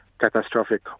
catastrophic